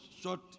short